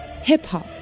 Hip-Hop